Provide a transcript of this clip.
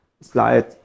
slide